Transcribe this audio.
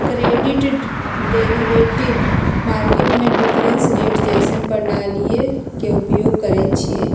credit derivatives market में difference rate जइसन्न प्रणालीइये के उपयोग करइछिए